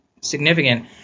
significant